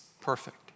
perfect